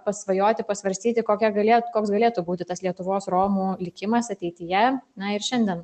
pasvajoti pasvarstyti kokia galė koks galėtų būti tas lietuvos romų likimas ateityje na ir šiandien